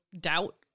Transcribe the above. doubt